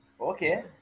Okay